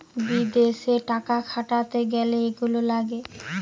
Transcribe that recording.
বিদেশে টাকা খাটাতে গ্যালে এইগুলা লাগে